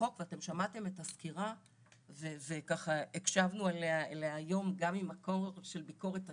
ואתם שמעתם את הסקירה שהקשבנו אליה היום גם ממקום של ביקורת עצמית,